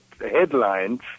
headlines